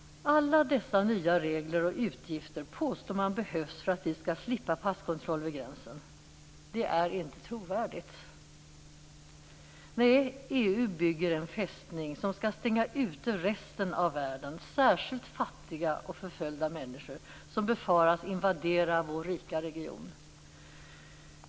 Alla dessa nya regler och utgifter påstår man behövs för att vi skall slippa passkontroll vid gränsen! Det är inte trovärdigt. Nej, EU bygger en fästning som skall stänga ute resten av världen, särskilt fattiga och förföljda människor som befaras invadera vår rika region.